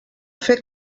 fer